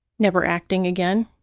never acting again.